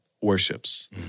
worships